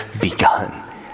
begun